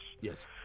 Yes